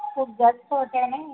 खूप जास्त होते आहे नाही